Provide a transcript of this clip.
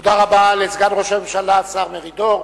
תודה רבה לסגן ראש הממשלה השר מרידור.